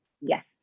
yes